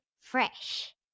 Fresh